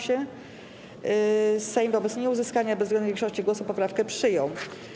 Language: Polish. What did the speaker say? Sejm wobec nieuzyskania bezwzględnej większości głosów poprawkę przyjął.